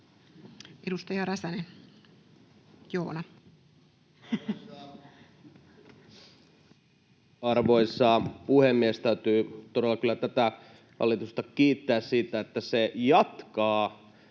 Edustaja Räsänen, Joona. Arvoisa puhemies! Täytyy todella kyllä tätä hallitusta kiittää siitä, että se jatkaa